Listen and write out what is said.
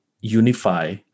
unify